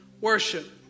worship